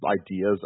ideas